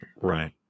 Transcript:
Right